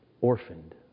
Orphaned